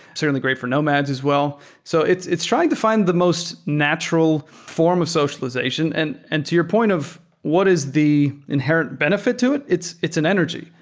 certainly great for nomads as well. so it's it's trying to find the most natural form of socialization. and and to your point of what is the inherent benefit to it? it's it's an energy.